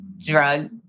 drug